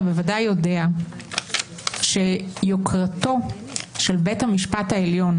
אתה בוודאי יודע שיוקרתו של בית המשפט העליון